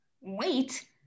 Wait